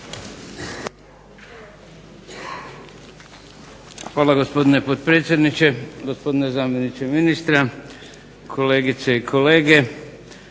Hvala gospodine potpredsjedniče, gospodine zamjeniče ministra, kolegice i kolege.